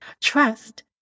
Trust